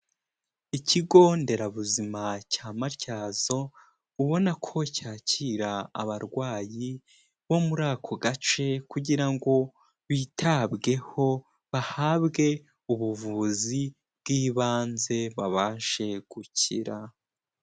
Ikigo nderabuzima cya Matyazo, ubona ko cyakira abarwayi bo muri ako gace kugira ngo bitabweho bahabwe ubuvuzi bw'ibanze babashe gukira.